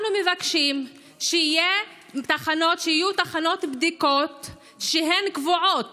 אנחנו מבקשים שיהיו תחנות בדיקות שהן קבועות